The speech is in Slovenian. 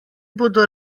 bodo